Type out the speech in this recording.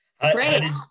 Great